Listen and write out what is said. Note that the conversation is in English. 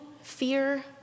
fear